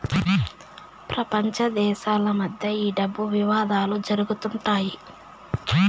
ప్రపంచ దేశాల మధ్య ఈ డబ్బు వివాదాలు జరుగుతుంటాయి